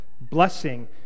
blessing